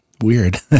weird